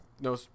no